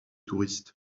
touristes